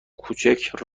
کوچک